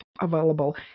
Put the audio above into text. available